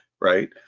right